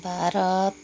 Bharat